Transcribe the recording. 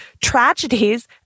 tragedies